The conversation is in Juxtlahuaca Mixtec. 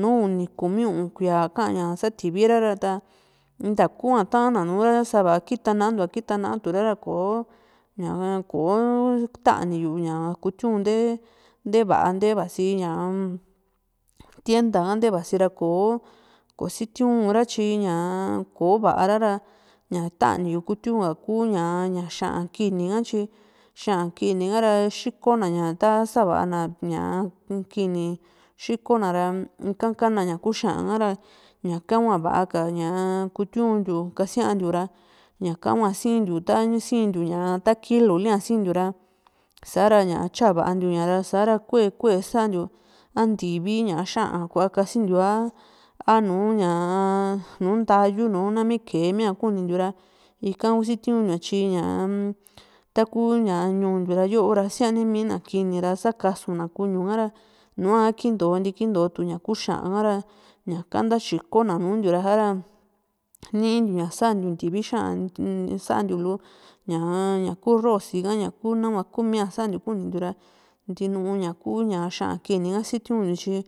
nùù uni kumi u´un kui´a ka´ña sa tivira ra nta hua ta´na nura sava kita nantua kita naa tu´ra ra koó ña koó taniyu kutiu ntee ñaa ntee vasi tienda ka nte vasira koó sitiura tyi ko´vara ra ña tani yu kutiuka kuu ña xa´an kini ka tyi xa´an kini hará xiko na ña ta savaa na kini xikona ra ika ka´na ñaku xa´an ka ra ña´ka hua va´a ka ña kutiuntiu kasiantiu ra ñaka hua sintiu ta sintiu ña kilulia sintiu ra sa´ra tyavantiua ra sa´ra kue kue saantiu a ntivi xa´an kuaa kasintiu a, nùù ntayuu nami keemía kunintiu ra ika sitiuntiua tyi ñaa taku ña ñuu ntiura yoo ra sianimina kini ra sakasu na kuñu ka´ra nua kinto nti kinto tu xa´an kara ñaka nta xikona nuntiu sa´ra nii tiu ña santiu ntivi xa´an santiu lu ñaku rrosi ka ñaku nahua kumia santiu kunintiu ra ntinu ña´ku xa´an kini ka sitiuntiu tyi